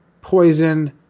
poison